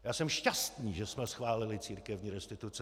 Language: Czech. Já jsem šťastný, že jsme schválili církevní restituce.